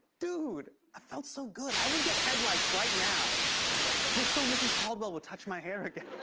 dude, i felt so good. i would get head lice right now just so mrs. caldwell would touch my hair again.